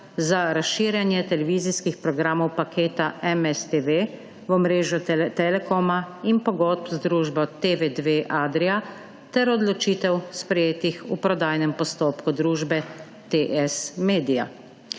za razširjenje televizijskih programov paketa MSTV v omrežju Telekoma in pogodb z družbo TV2Adria ter odločitev sprejetih v prodajnem postopku družbe TSMedia.